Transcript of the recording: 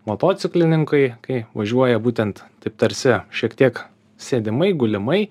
motociklininkai kai važiuoja būtent taip tarsi šiek tiek sėdimai gulimai